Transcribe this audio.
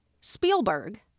Spielberg